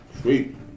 Sweet